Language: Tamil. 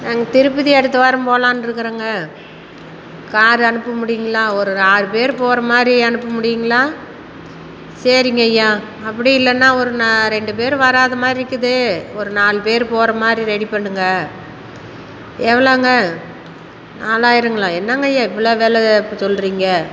நாங்கள் திருப்பதி அடுத்தவாரம் போகலன்னு இருக்கிறங்க கார் அனுப்ப முடியுங்களா ஒரு ஆறு பேரு போகிற மாதிரி அனுப்ப முடியுங்களா சரிங்கய்யா அப்படி இல்லைனா ஒரு நான் ரெண்டு பேரு வராத மாதிரி இருக்குது நாலு பேரு போகிற மாதிரி ரெடி பண்ணுங்க எவ்வளோங்க நாலாயிறங்களா என்னங்கய்யா இவ்வளோ விலை இப்போ சொல்கிறிங்க